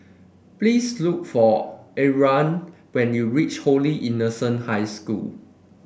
please look for Arlan when you reach Holy Innocent High School